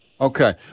Okay